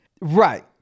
Right